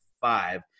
five